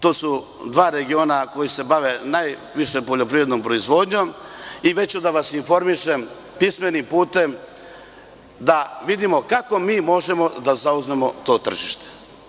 To su dva regiona koja se bave najviše poljoprivrednom proizvodnjom i već ću da vas informišem pismenim putem, da vidimo kako mi možemo da zauzmemo to tržište.